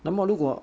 那么如果